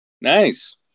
Nice